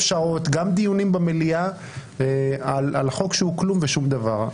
שעות וגם דיונים במליאה על חוק שהוא כלום ושום דבר,